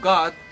God